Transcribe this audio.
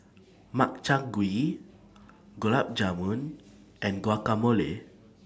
Makchang Gui Gulab Jamun and Guacamole